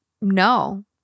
No